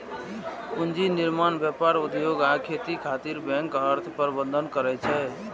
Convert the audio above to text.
पूंजी निर्माण, व्यापार, उद्योग आ खेती खातिर बैंक अर्थ प्रबंधन करै छै